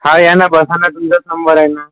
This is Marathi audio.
हा या ना बसा ना तुमचाच नंबर आहे ना